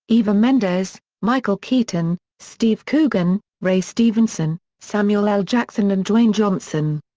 eva mendes, michael keaton, steve coogan, ray stevenson, samuel l. jackson and dwayne johnson.